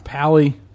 Pally